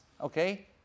okay